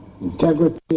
integrity